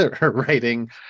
writing